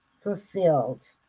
fulfilled